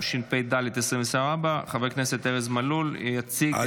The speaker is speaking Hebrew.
התשפ"ד 2024. חבר הכנסת ארז מלול יציג את הצעת